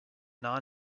non